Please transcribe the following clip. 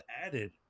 added